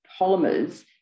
polymers